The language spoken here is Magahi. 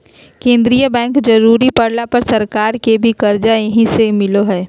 केंद्रीय बैंक जरुरी पड़ला पर सरकार के भी कर्जा यहीं से मिलो हइ